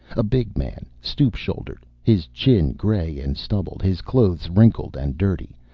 a big man, stoop-shouldered, his chin gray and stubbled. his clothes wrinkled and dirty.